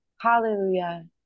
Hallelujah